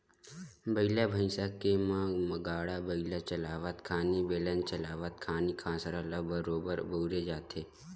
बइला भइसा के म गाड़ा बइला चलावत खानी, बेलन चलावत खानी कांसरा ल बरोबर बउरे जाथे